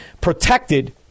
protected